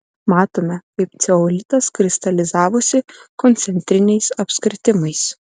matome kaip ceolitas kristalizavosi koncentriniais apskritimais